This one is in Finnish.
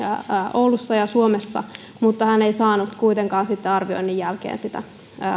oulussa ja suomessa mutta hän ei saanut kuitenkaan sitten arvioinnin jälkeen sitä